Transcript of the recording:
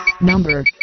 Number